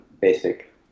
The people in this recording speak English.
basic